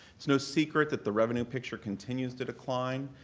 it's no secret that the revenue picture continues to decline.